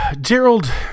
Gerald